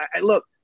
Look